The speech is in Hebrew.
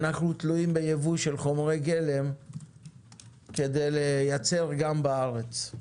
אז אנחנו תלויים בייבוא של חומרי גלם כדי לייצר גם בארץ.